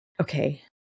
okay